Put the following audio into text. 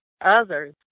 others